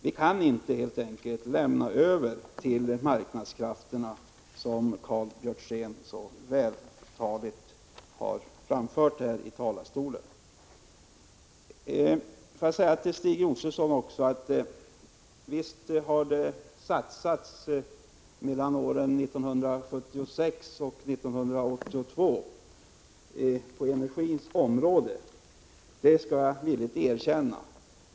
Vi kan helt enkelt inte lämna över detta till de marknadskrafter som Karl Björzén så vältaligt beskrev här i talarstolen. Till Stig Josefson vill jag säga att visst satsades det mellan 1976 och 1982 på energins område. Det skall jag villigt erkänna.